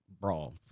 brawl